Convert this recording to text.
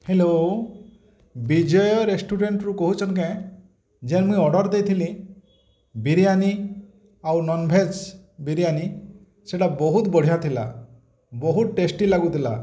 hello Vijay ରେଷ୍ଟୁରାଣ୍ଟରୁ କହୁଛନ୍ କେଁ ଯେନ୍ ମୁଇଁ ଅର୍ଡ଼ର ଦେଇଥିଲି ବିରିଆନି ଆଉ ନନ୍ଭେଜ ବିରିଆନି ସେଇଟା ବହୁତ୍ ବଢ଼ିଆ ଥିଲା ବହୁତ୍ ଟେଷ୍ଟି ଲାଗୁଥିଲା